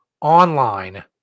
online